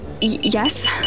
yes